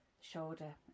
shoulder